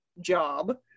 job